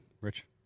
Rich